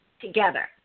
together